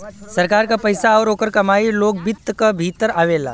सरकार क पइसा आउर ओकर कमाई लोक वित्त क भीतर आवेला